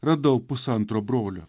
radau pusantro brolio